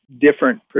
different